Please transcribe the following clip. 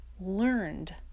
learned